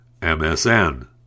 MSN